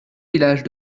villages